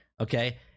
Okay